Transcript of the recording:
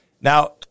now